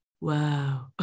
wow